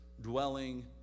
dwelling